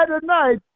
tonight